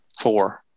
Four